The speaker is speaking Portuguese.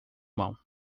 mão